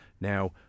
Now